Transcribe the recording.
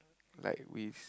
like we